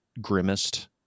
grimmest